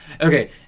Okay